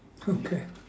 okay